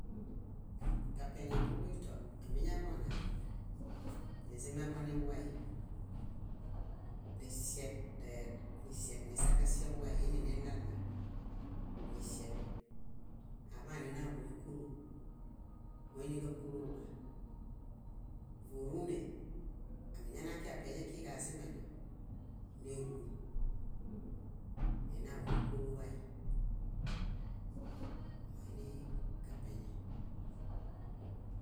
. Kapeñe moġuĩto, amiñaġona nizimeġoniwwai, nisieb, nisakasib wwai iininilala, nisieb aḃaninaġo níkulo, móiniġakulo wwa. Vórune, amiñana kiġapeñe kíġi azimendo, néruu, ninaġo níkulu wwa. Moinikapeñe.